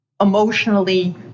emotionally